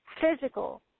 Physical